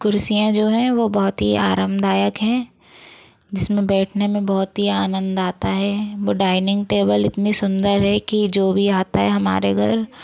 कुर्सियाँ जो हैं वो बहुत ही आरामदायक हैं जिसमें बैठने में बहुत ही आनंद आता है वो डाइनिंग टेबल इतनी सुन्दर है कि जो भी आता है हमारे घर